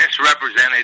misrepresented